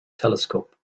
telescope